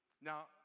Now